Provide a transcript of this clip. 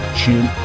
Chin